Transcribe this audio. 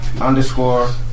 underscore